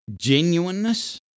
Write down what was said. genuineness